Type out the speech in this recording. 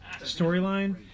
storyline